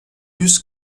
yüz